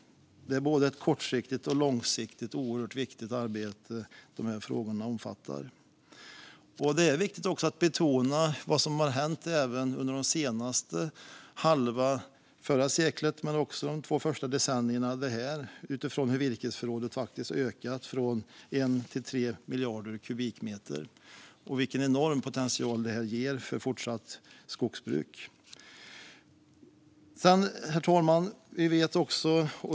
Det är både ett kortsiktigt och ett långsiktigt oerhört viktigt arbete som dessa frågor omfattar. Det är också viktigt att betona att virkesförrådet faktiskt har ökat från 1 till 3 miljarder kubikmeter under den senare halvan av förra seklet och de två första decennierna av detta sekel och att detta ger en enorm potential för fortsatt skogsbruk. Herr talman!